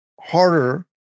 harder